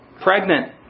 Pregnant